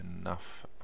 enough